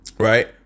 Right